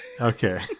Okay